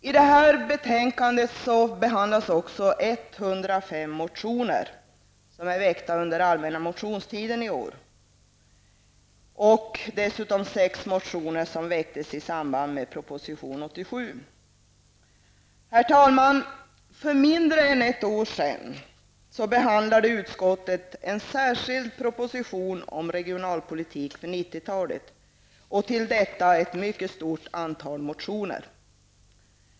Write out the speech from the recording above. I detta betänkande behandlas också 105 motioner som är väckta under allmänna motionstiden i år samt 6 motioner väckta med anledning av proposition 87. Herr talman! För mindre än ett år sedan behandlade utskottet en särskild proposition om regionalpolitik för 90-talet och ett mycket stort antal motioner.